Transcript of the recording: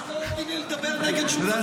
פשוט לא ידעתי עם מי לדבר נגד --- אתה יודע,